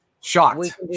Shocked